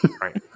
Right